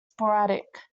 sporadic